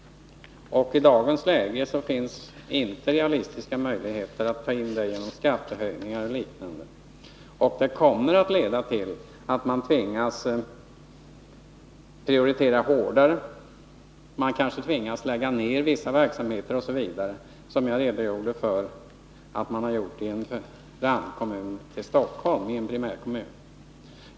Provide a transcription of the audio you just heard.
I dagens läge finns inga realistiska möjligheter för kommuner och landsting att ta igen dessa pengar genom skattehöjningar och liknande. Det kommer att leda till att man tvingas till hårdare prioriteringar, att man måste lägga ned vissa verksamheter osv. I mitt anförande redogjorde jag för hur en primärkommun, som är granne till Stockholms kommun, hade tvingats till det.